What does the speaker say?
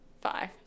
five